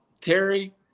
Terry